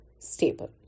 stable